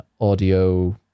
audio